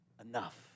enough